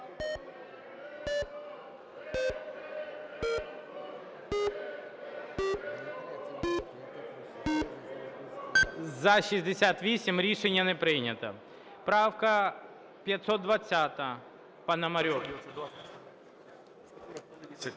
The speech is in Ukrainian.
За-68 Рішення не прийнято. Правка 520, Пономарьов.